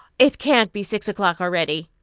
it can't be six o'clock already.